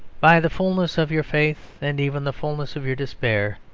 by the fulness of your faith and even the fulness of your despair,